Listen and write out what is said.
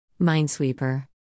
Minesweeper